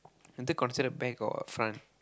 is it considered back or front